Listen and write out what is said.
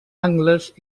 angles